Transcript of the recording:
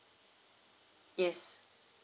yes